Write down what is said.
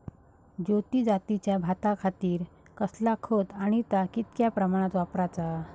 ज्योती जातीच्या भाताखातीर कसला खत आणि ता कितक्या प्रमाणात वापराचा?